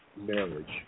marriage